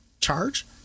charge